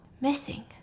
missing